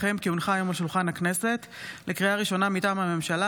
מסמכים שהונחו על שולחן הכנסת 5 סגנית מזכיר הכנסת